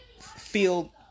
feel